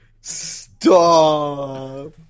Stop